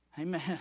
amen